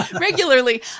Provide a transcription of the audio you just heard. regularly